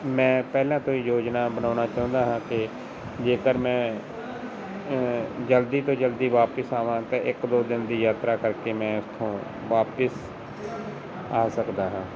ਮੈਂ ਪਹਿਲਾਂ ਤੋਂ ਹੀ ਯੋਜਨਾ ਬਣਾਉਣਾ ਚਾਹੁੰਦਾ ਹਾਂ ਕਿ ਜੇਕਰ ਮੈਂ ਜਲਦੀ ਤੋਂ ਜਲਦੀ ਵਾਪਸ ਆਵਾਂ ਤਾਂ ਇੱਕ ਦੋ ਦਿਨ ਦੀ ਯਾਤਰਾ ਕਰਕੇ ਮੈਂ ਉੱਥੋਂ ਵਾਪਸ ਆ ਸਕਦਾ ਹਾਂ